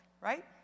right